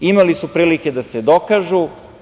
Imali su prilike da se dokažu.